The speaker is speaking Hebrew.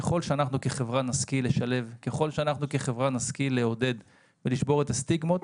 ככל שאנחנו כחברה נשכיל לשלב ולעודד ולשבור את הסטיגמות,